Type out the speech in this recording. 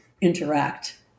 interact